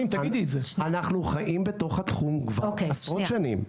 --- אנחנו חיים בתוך התחום כבר עשרות שנים.